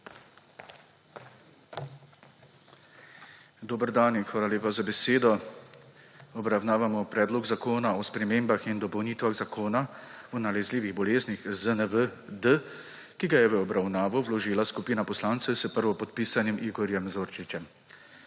Dober dan in hvala lepa za besedo. Obravnavamo Predlog zakona o spremembah in dopolnitvah Zakona o nalezljivih boleznih ZNB-D, ki ga je v obravnavo predložila skupina poslancev s prvopodpisanim Igorjem Zorčičem.